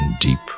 deep